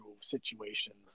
situations